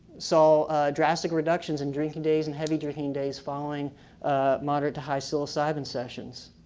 saw drastic reductions in drinking days and heavy drinking days following moderate to high psilocybin sessions.